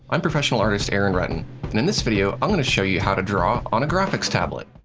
i'm professional artist, aaron rutten, and in this video, i'm going to show you how to draw on a graphics tablet.